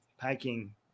packing